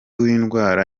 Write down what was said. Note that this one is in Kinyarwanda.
w’indwara